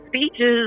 speeches